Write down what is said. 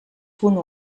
punt